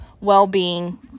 well-being